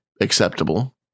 acceptable